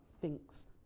Thinks